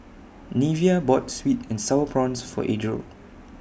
Neveah bought Sweet and Sour Prawns For Adriel